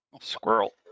Squirrel